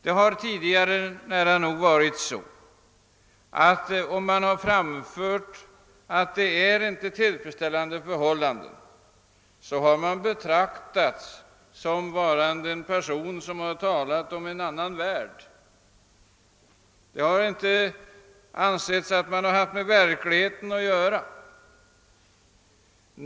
Det har tidigare nära nog varit så att den som har gett uttryck för den uppfattningen att förhållandena inom skolan inte är tillfredsställande har betraktats som en person från en annan värld som talat om sådant som inte har med verkligheten att göra.